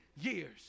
years